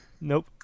Nope